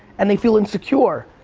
and they feel insecure,